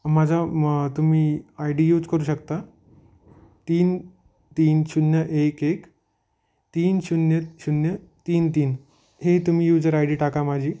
माझा म तुम्ही आय डी युज करू शकता तीन तीन शून्य एक एक तीन शून्य शून्य तीन तीन हे तुम्ही युजर आय डी टाका माझी